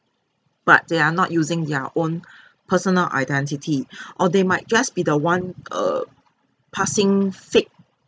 but they are not using their own personal identity or they might just be the one err passing fake